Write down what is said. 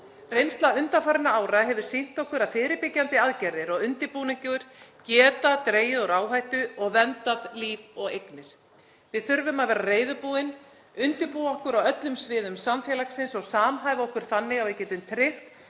Reynsla undanfarinna ára hefur sýnt okkur að fyrirbyggjandi aðgerðir og undirbúningur geta dregið úr áhættu og verndað líf og eignir. Við þurfum að vera reiðubúin, undirbúa okkur á öllum sviðum samfélagsins og samhæfa okkur þannig að við getum tryggt